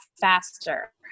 faster